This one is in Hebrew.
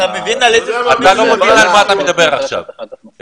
לא, אתה לא מבין על מה אתה מדבר עכשיו, אייל.